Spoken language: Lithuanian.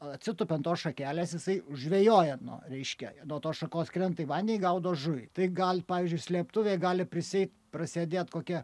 atsitūpia ant tos šakelės jisai žvejoja nuo reiškia nuo tos šakos krenta į vandenį gaudo žuvį tai gal pavyzdžiui slėptuvėj gali prisieit prasėdėt kokią